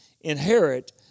inherit